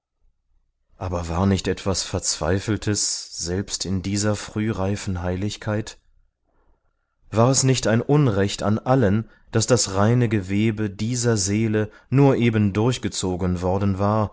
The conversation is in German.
aber war nicht etwas verzweifeltes selbst in dieser frühreifen heiligkeit war es nicht ein unrecht an allen daß das reine gewebe dieser seele nur eben durchgezogen worden war